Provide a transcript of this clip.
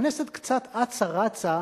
הכנסת קצת אצה רצה,